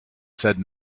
said